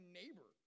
neighbor